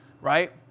right